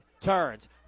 turns